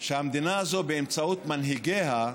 המדינה הזאת, באמצעות מנהיגיה,